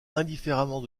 indifféremment